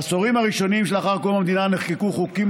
בעשורים הראשונים שלאחר קום המדינה נחקקו חוקים